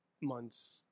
months